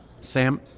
Sam